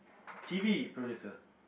T_V producer